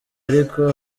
ariko